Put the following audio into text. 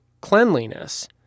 cleanliness